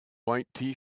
white